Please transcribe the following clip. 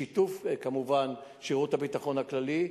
כמובן בשיתוף שירות הביטחון הכללי.